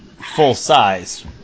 full-size